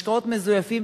ובין משקאות מזויפים,